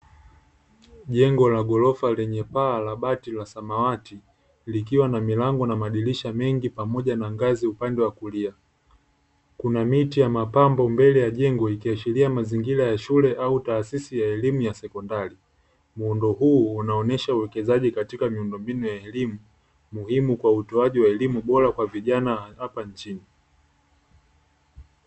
Jengo la ghorofa lenye paa la bati la samawati, likiwa na milango na madirisha mengi pamoja na ngazi upande wa kulia. Kuna miti ya mapambo mbele ya jengo ikiashiria mazingira ya shule au taasisi ya elimu ya sekondari. Muundo huu unaonyesha uwekezaji katika miundombinu ya elimu, muhimu kwa utoaji wa elimu bora kwa vijana wa hapa nchini.